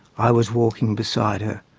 i was walking beside her.